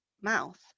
mouth